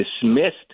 dismissed